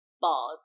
bars